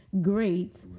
great